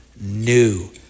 new